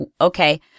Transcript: okay